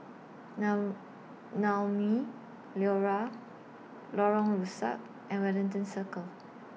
Naumi Liora Lorong Rusuk and Wellington Circle